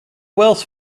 wells